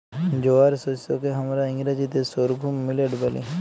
জয়ার শস্যকে হামরা ইংরাজিতে সর্ঘুম মিলেট ব্যলি